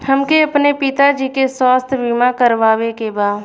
हमके अपने पिता जी के स्वास्थ्य बीमा करवावे के बा?